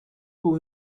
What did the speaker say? two